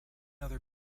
other